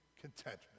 contentment